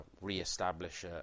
re-establish